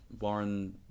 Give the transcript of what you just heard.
Warren